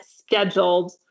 scheduled